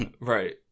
right